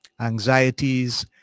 anxieties